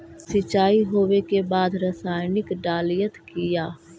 सीचाई हो बे के बाद रसायनिक डालयत किया?